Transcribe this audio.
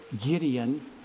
Gideon